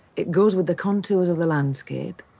it goes with the contours of the landscape.